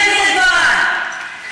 אני אגיד את דברי.